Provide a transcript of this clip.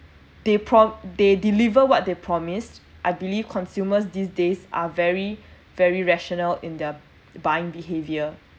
they prob~ they deliver what they promise I believe consumers these days are very very rational in their buying behaviour